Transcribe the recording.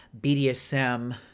BDSM